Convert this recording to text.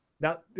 Now